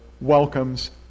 welcomes